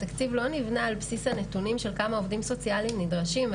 התקציב לא נבנה על בסיס הנתונים של כמה עובדים סוציאליים נדרשים,